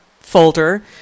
folder